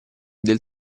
del